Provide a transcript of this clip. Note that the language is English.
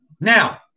now